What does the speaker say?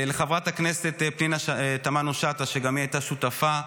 לחברת הכנסת פנינה תמנו שטה, שגם היא הייתה שותפה.